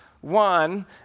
one